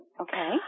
Okay